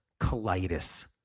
colitis